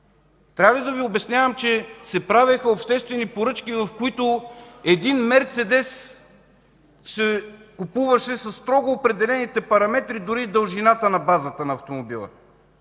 Трябва ли да Ви обяснявам, че се правеха обществени поръчки, в които един „Мерцедес” се купуваше със строго определените параметри, дори дължината на базата на автомобила?!